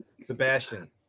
Sebastian